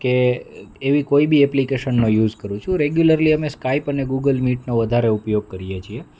કે એવી કોઈ બી એપ્લિકેશનનો યુઝ કરું છું રેગ્યુલરલી અમે સ્કાઈપ અને ગૂગલ મીટનો વધારે ઉપયોગ કરીએ છીએ